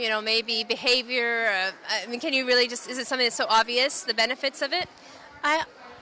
you know maybe behavior i mean can you really just is it something so obvious the benefits of it